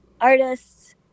artists